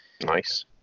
nice